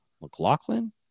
McLaughlin